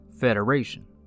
Federation